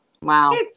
Wow